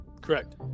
correct